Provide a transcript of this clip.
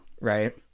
Right